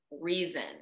reason